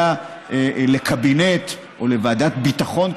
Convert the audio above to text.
לקבינט או לוועדת ביטחון,